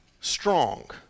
strong